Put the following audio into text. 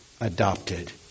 adopted